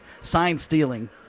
sign-stealing